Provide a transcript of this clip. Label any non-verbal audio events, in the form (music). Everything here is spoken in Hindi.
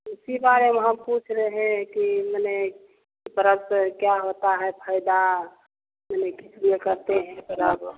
उसी बारे में हम पूछ रहे हैं कि मने मतलब क्या होता है फायदा ये करते हैं (unintelligible) तो